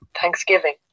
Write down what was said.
Thanksgiving